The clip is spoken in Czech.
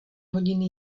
hodiny